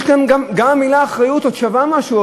גם המילה אחריות עוד שווה משהו,